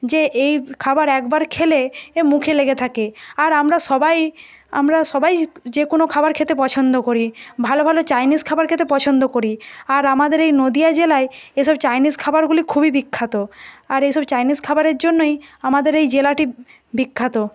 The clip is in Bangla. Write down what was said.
যে এই খাবার একবার খেলে এ মুখে লেগে থাকে আর আমরা সবাই আমরা সবাই যে কোনো খাবার খেতে পছন্দ করি ভালো ভালো চাইনিস খাবার খেতে পছন্দ করি আর আমাদের এই নদিয়া জেলায় এসব চাইনিস খাবারগুলি খুবই বিখ্যাত আর এসব চাইনিস খাবারের জন্যই আমাদের এই জেলাটি বিখ্যাত